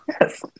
Yes